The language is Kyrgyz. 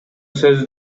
сөзү